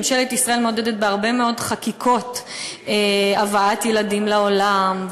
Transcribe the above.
ממשלת ישראל מעודדת בהרבה מאוד חקיקות הבאת ילדים לעולם,